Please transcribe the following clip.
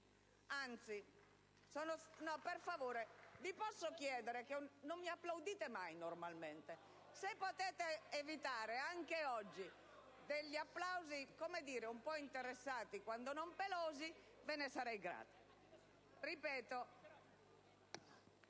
PdL).* Per favore! Non mi applaudite mai, normalmente. Se potete evitare anche oggi degli applausi un po' interessati, quando non "pelosi", ve ne sarei grata.